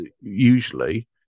usually